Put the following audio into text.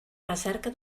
recerca